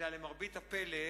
אלא, למרבה הפלא,